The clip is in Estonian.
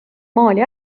maali